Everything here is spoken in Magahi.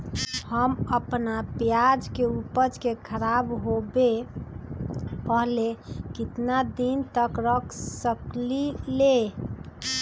हम अपना प्याज के ऊपज के खराब होबे पहले कितना दिन तक रख सकीं ले?